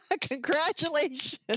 congratulations